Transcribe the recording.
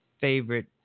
favorite